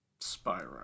Spyro